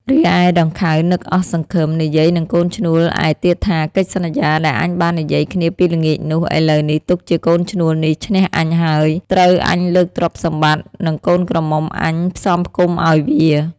រីឯដង្ខៅ នឹកអស់សង្ឃឹម និយាយនឹងកូនឈ្នួលឯទៀតថា កិច្ចសន្យាដែលអញបាននិយាយគ្នាពីល្ងាចនោះ ឥឡូវនេះ ទុកជាកូនឈ្នួលនេះឈ្នះអញហើយ ត្រូវអញលើកទ្រព្យសម្បត្តិ និងកូនក្រមុំអញផ្សំផ្គុំឲ្យវា។